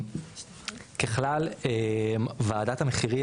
ככלל ועדת המחירים,